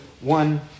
one